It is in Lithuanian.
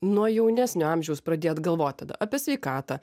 nuo jaunesnio amžiaus pradėt galvot tada apie sveikatą